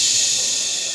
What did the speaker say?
ששש.